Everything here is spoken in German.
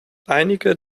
einige